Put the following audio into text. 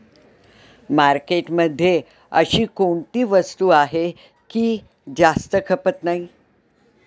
मार्केटमध्ये अशी कोणती वस्तू आहे की जास्त खपत नाही?